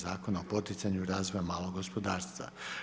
Zakona o poticanju razvoja malog gospodarstva.